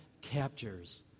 captures